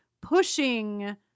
pushing